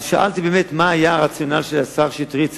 אז שאלתי באמת מה היה הרציונל של השר שטרית,